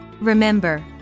Remember